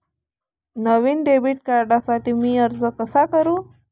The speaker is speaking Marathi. नवीन डेबिट कार्डसाठी मी अर्ज कसा करू?